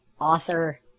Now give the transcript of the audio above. author